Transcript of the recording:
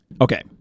Okay